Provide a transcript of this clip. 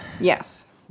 Yes